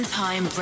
time